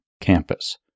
campus